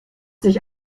sich